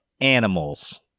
animals